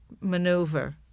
Maneuver